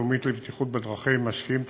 הלאומית לבטיחות בדרכים משקיעים תקציבים,